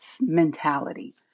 mentality